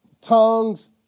Tongues